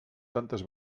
tantes